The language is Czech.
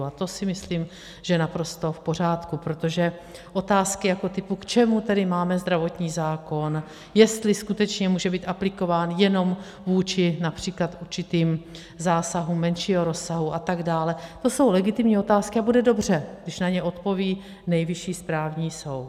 A to si myslím, že je naprosto v pořádku, protože otázky typu, k čemu tedy máme zdravotní zákon, jestli skutečně může být aplikován jenom vůči například určitým zásahům menšího rozsahu a tak dále, to jsou legitimní otázky a bude dobře, když na ně odpoví Nejvyšší správní soud.